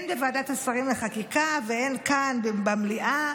הן בוועדת השרים לחקיקה והן כאן במליאה,